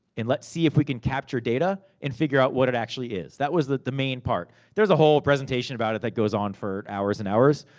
and let's see if we can capture data, and figure out what it actually is. that was the the main part. there's a whole presentation about it that goes on for hours and hours.